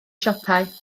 siopau